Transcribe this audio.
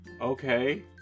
Okay